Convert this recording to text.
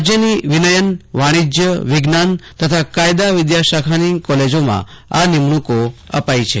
રાજયની વિનયન વાણિજય વિજ્ઞાન તથા કાયદા વિદ્યાશાખાની કો લેજોમાં આ નિમણૂકો અપાઇ છે